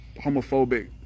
homophobic